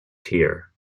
tier